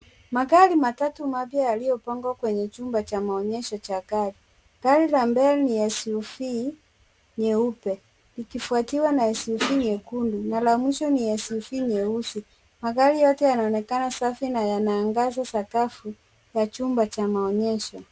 Magari matatu mapya yaliyopangwa kwenye chumba cha maonyesho cha gari. Gari la mbele ni SUV nyeupe, likifuatiwa na SUV nyekundu na la mwisho SUV nyeusi. Magari yote yanaonekana safi na yanaangaza sakafu la chumba cha maonyesho.